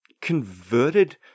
converted